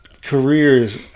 careers